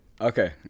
okay